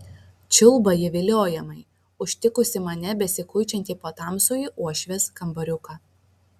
čiulba ji viliojamai užtikusi mane besikuičiantį po tamsųjį uošvės kambariuką